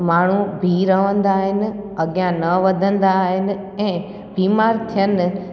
माण्हू बिहु रहंदा आहिनि अॻियां न वधंदा आहिनि ऐं बीमार थियनि